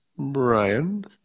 Brian